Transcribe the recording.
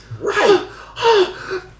Right